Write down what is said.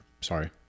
sorry